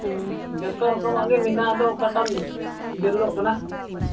ᱡᱚᱛᱚ ᱨᱚᱠᱚᱢᱟᱜ ᱜᱮ ᱢᱮᱱᱟᱜᱼᱟ ᱟᱫᱚ ᱚᱠᱟᱴᱟᱢ ᱡᱟᱹᱨᱩᱲᱚᱜ ᱠᱟᱱᱟ